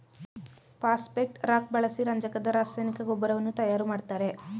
phosphate rock ಬಳಸಿ ರಂಜಕದ ರಾಸಾಯನಿಕ ಗೊಬ್ಬರವನ್ನು ತಯಾರು ಮಾಡ್ತರೆ